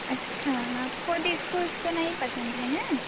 अच्छा आपको डिस्को उस्को नहीं पसंद है ना